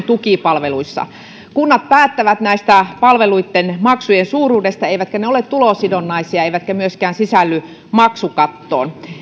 tukipalveluissa kunnat päättävät näitten palveluitten maksujen suuruudesta eivätkä ne ole tulosidonnaisia eivätkä myöskään sisälly maksukattoon